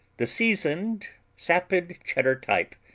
the seasoned, sapid cheddar-type,